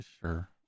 Sure